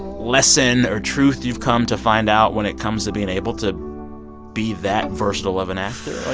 lesson or truth you've come to find out when it comes to being able to be that versatile of an actor like,